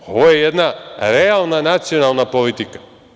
Ovo je jedna realna nacionalna politika.